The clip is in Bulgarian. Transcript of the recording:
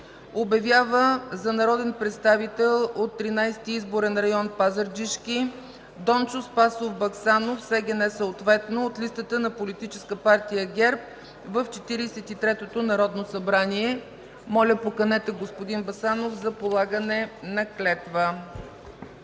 Обявява за народен представител от 13 изборен район – Пазарджишки, Дончо Спасов Баксанов, с ЕГН – съответно, от листата на Политическа партия ГЕРБ в Четиридесет и третото народно събрание”. Моля, поканете господин Баксанов за полагане на клетва.